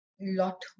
lot